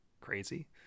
crazy